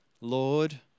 Lord